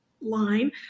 line